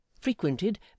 frequented